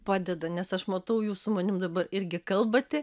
padeda nes aš matau jūs su manim dabar irgi kalbate